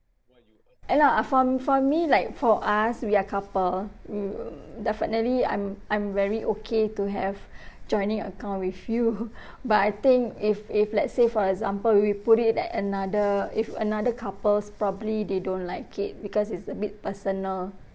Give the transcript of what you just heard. ya lah for for me like for us we are couple err definitely I'm I'm very okay to have joining account with you but I think if if let's say for example we put it at another if another couple's probably they don't like it because it's a bit personal